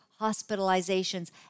hospitalizations